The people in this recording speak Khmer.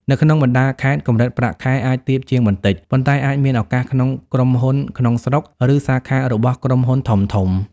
នៅក្នុងបណ្តាខេត្ត កម្រិតប្រាក់ខែអាចទាបជាងបន្តិច ប៉ុន្តែអាចមានឱកាសក្នុងក្រុមហ៊ុនក្នុងស្រុក ឬសាខារបស់ក្រុមហ៊ុនធំៗ។